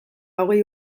hogei